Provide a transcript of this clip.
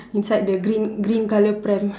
inside the green green colour pram